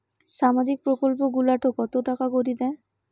সামাজিক প্রকল্প গুলাট কত টাকা করি দেয়?